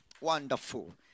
Wonderful